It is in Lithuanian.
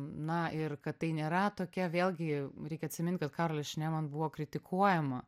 na ir kad tai nėra tokia vėlgi reikia atsimint kad karolė šnėman buvo kritikuojama